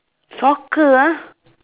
soccer ah